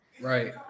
right